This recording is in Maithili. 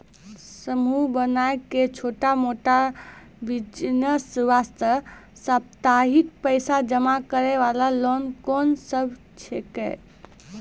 समूह बनाय के छोटा मोटा बिज़नेस वास्ते साप्ताहिक पैसा जमा करे वाला लोन कोंन सब छीके?